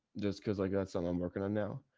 just cause i got some i'm working on now.